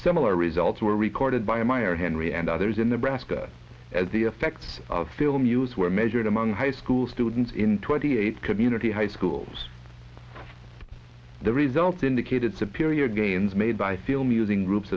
similar results were recorded by my own henry and others in the basket as the effects of film use were measured among high school students in twenty eight community high schools the result indicated sapir your gains made by film using groups